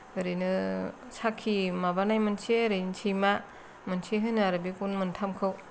ओरैनो साखि माबानाय मोनसे ओरैनो सैमा मोनसे होनो आरो बेखौनो मोनथामखौ